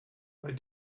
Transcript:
but